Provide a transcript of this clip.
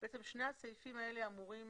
בעצם שני הסעיפים האלה אמורים